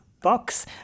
box